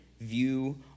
view